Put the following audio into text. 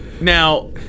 Now